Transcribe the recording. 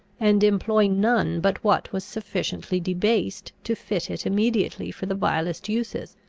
and employ none but what was sufficiently debased to fit it immediately for the vilest uses.